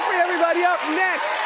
everybody. up next,